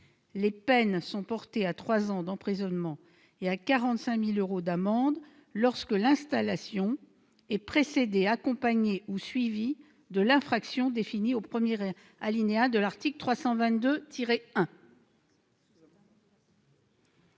Les peines sont portées à trois ans d'emprisonnement et à 45 000 euros d'amende lorsque l'installation est précédée, accompagnée ou suivie de l'infraction définie au premier alinéa de l'article 322-1.